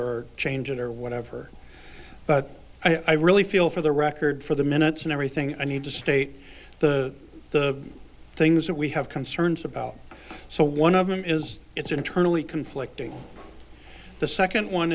or change it or whatever but i really feel for the record for the minutes and everything i need to state the the things that we have concerns about so one of them is it's internally conflicting the second one